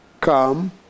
Come